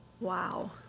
Wow